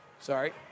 sorry